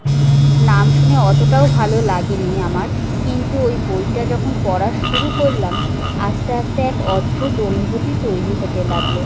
নাম শুনে অতটাও ভালো লাগে নি আমার কিন্তু ওই বইটা যখন পড়া শুরু করলাম আস্তে আস্তে এক অদ্ভুত অনুভূতি তৈরি হতে লাগলো